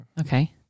Okay